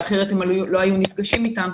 שאחרת הם לא היו נפגשים איתם,